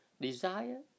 Desire